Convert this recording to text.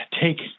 take